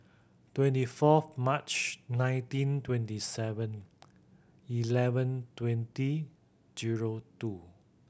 twenty fourth March nineteen twenty Seven Eleven twenty zero two